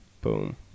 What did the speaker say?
boom